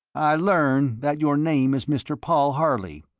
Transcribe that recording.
i learn that your name is mr. paul harley,